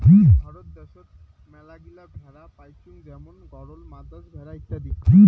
ভারত দ্যাশোত মেলাগিলা ভেড়া পাইচুঙ যেমন গরল, মাদ্রাজ ভেড়া ইত্যাদি